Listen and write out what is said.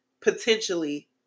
potentially